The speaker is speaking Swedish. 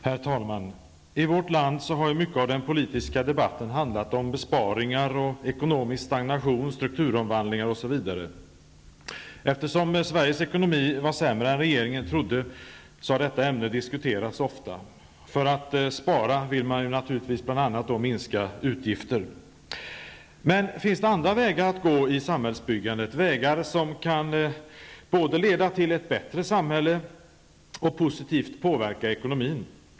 Herr talman! I vårt land har mycket av den politiska debatten handlat om besparingar, ekonomisk stagnation, strukturomvandlingar, osv. Eftersom Sveriges ekonomi var sämre än regeringen trodde har detta ämne diskuterats ofta. För att spara vill man bl.a. minska utgifterna. Men finns det andra vägar att gå i samhällsbyggandet, vägar som både kan leda till ett bättre samhälle och positivt påverka ekonomin?